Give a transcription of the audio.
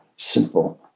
simple